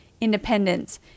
independence